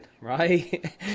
right